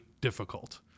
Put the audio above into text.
difficult